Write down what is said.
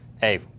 hey